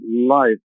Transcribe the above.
life